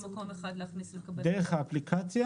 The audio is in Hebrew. את קווי המתאר שלו שלחנו לוועדה בנייר הנלווה.